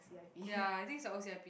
ya I think it's the O_C_I_P